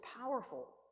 powerful